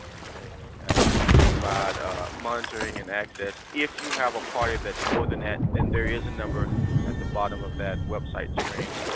we can provide monitoring and access. if you have a party that's more than that, then there is a number at the bottom of that website screen,